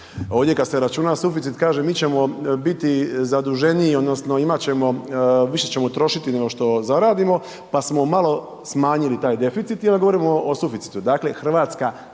Ovdje kad se računa suficit kaže mi ćemo biti zaduženiji odnosno imat ćemo, više ćemo trošiti nego što zaradimo pa smo malo smanjili taj deficit i onda govorimo o suficitu. Dakle, Hrvatska